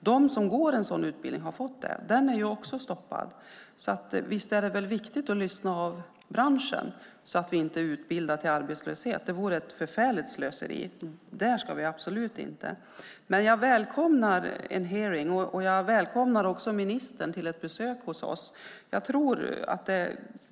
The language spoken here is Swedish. De som går en sådan utbildning har fått arbete. Den är ju också stoppad. Visst är det väl viktigt att lyssna av branschen så att vi inte utbildar till arbetslöshet - det vore ett förfärligt slöseri, och det ska vi absolut inte göra. Jag välkomnar en hearing. Jag välkomnar också ministern till ett besök hos oss.